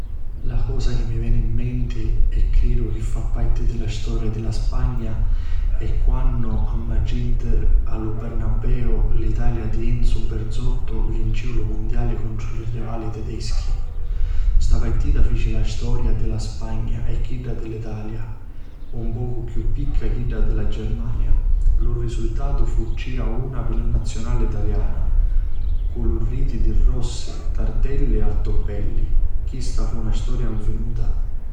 La cosa chi mi veni 'n menti e cridu chi fa parti di la storia di la Spagna è quannu a Madriddi a lu Bernabeu L'italia di Enzu Berzottu vinciu lu mundiali contru li rivali tedeschi. Sta partita fici la storia di la Spagna e chidda di l'Italia, un pocu chiù picca chidda di la Germania. Lu risultatu fu 3 a 1 pi la naziunali taliana cu li riti di Rossi, Tardelli e Altobelli. Chista fu na storia nfinuta.